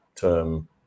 term